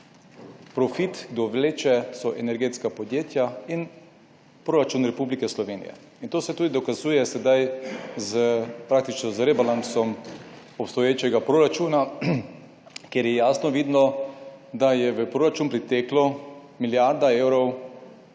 profit, kdo vleče, so energetska podjetja in proračun Republike Slovenije in to se tudi dokazuje sedaj s, praktično z rebalansom obstoječega proračuna, kjer je jasno vidno, da je v proračun priteklo milijardo evrov